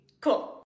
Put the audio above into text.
cool